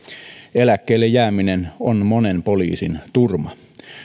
eläkkeelle jääminen on monen poliisin turma